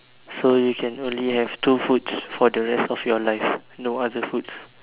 so you can only have two foods for the rest of your life no other foods